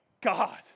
God